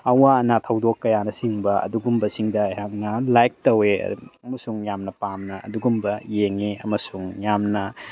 ꯑꯋꯥ ꯑꯅꯥ ꯊꯧꯗꯣꯛ ꯀꯌꯥꯅꯆꯤꯡꯕ ꯑꯗꯨꯒꯨꯝꯕꯁꯤꯡꯗ ꯑꯩꯍꯥꯛꯅ ꯂꯥꯏꯛ ꯇꯧꯋꯦ ꯑꯃꯁꯨꯡ ꯌꯥꯝꯅ ꯄꯥꯝꯅ ꯑꯗꯨꯒꯨꯝꯕ ꯌꯦꯡꯉꯦ ꯑꯃꯁꯨꯡ ꯌꯥꯝꯅ